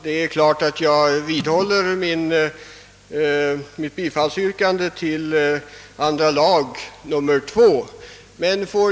Herr talman! Jag vidhåller naturligtvis mitt yrkande om bifall till andra lagutskottets utlåtande nr 2.